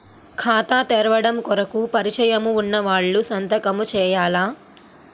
ఖాతా తెరవడం కొరకు పరిచయము వున్నవాళ్లు సంతకము చేయాలా?